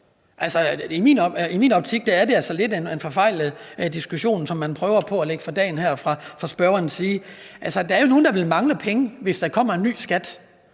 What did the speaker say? I min optik er det altså lidt en forfejlet diskussion, som man prøver at lægge op til her fra spørgerens side. Der er nogle, der vil mangle penge, hvis der kommer en ny skat.